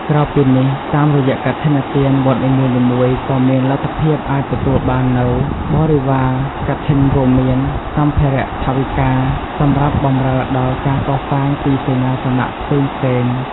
ក្រៅពីនេះ តាមរយៈកឋិនទាន វត្តនីមួយៗ ក៏មានលទ្ធភាពអាចទទួលបាននូវ បរិវារកឋិនរួមមាន សម្ភារថវិកា សម្រាប់បម្រើដល់ការកសាងទីសេនាសនៈផ្សេងៗ។